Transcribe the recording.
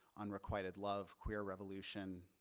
unrequited love, queer revolution,